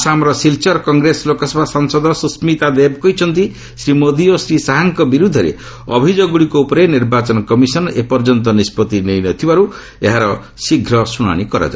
ଆସାମ ସିଲ୍ଚର୍ର କଂଗ୍ରେସ ଲୋକସଭା ସାଂସଦ ସୁସ୍ମିତା ଦେବ କହିଛନ୍ତି ଶ୍ରୀ ମୋଦି ଓ ଶ୍ରୀ ଶାହାଙ୍କ ବିରୂଦ୍ଧରେ ଅଭିଯୋଗଗ୍ରଡ଼ିକ ଉପରେ ନିର୍ବାଚନ କମିଶନ ଏପର୍ଯ୍ୟନ୍ତ ନିଷ୍ପଭି ନେଇନଥିବାରୁ ଶୀଘ୍ ଏହାର ଶୁଣାଣି କରାଯାଉ